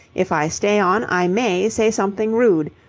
if i stay on, i may say something rude.